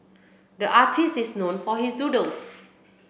the artist is known for his doodles